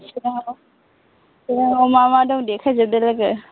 चिराङाव चिराङाव मा मा दं देखायजोबदो लोगो